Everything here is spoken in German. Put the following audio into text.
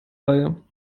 reihe